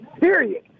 period